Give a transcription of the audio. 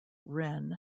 wren